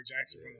Jackson